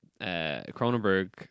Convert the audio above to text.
Cronenberg